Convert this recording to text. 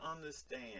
understand